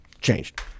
changed